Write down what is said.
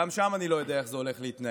וגם שם אני לא יודע איך זה הולך להתנהל.